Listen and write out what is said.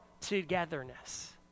togetherness